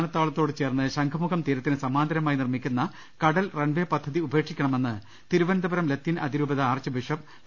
തിരുവനന്തപുരം വിമാനത്താവളോത്ത് ചേർന്ന് ശംഖുമുഖം തീര ത്തിന് സമാന്തരമായി നിർമ്മിക്കുന്ന കടൽ റൺവെ പദ്ധതി ഉപേക്ഷി ക്കണമെന്ന് തിരുവനന്തപുരം ലത്തീൻ അതിരൂപതാ ആർച്ച് ബിഷപ്പ് ഡോ